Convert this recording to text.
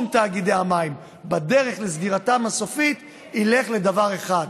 תאגידי המים בדרך לסגירתם הסופית ילך לדבר אחד,